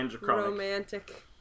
romantic